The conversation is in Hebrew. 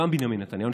גם בנימין נתניהו,